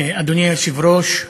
אדוני היושב-ראש,